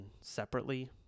separately